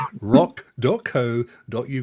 rock.co.uk